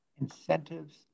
incentives